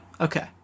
Okay